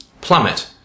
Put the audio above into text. plummet